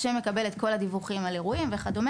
שמקבל את כל הדיווחים על אירועים וכו'.